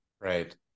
right